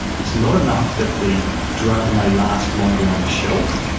it is not enough that the drug may last longer on the shelf,